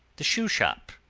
the shoeshop,